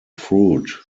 fruit